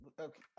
Okay